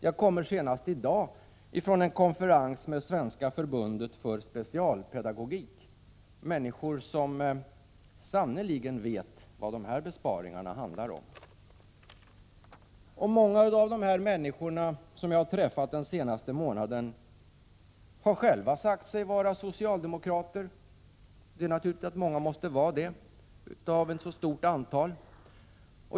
Jag kommer i dag från en konferens med Svenska förbundet för specialpedagogik — människor som sannerligen vet | vad dessa besparingar handlar om. Många av dessa människor har själva sagt sig vara socialdemokrater. Det är naturligt att många måste vara det av ett så stort antal.